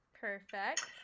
Perfect